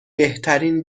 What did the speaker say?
بهترین